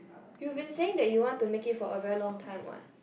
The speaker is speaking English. you been saying that you want to make it for a very long time what